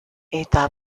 eta